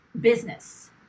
business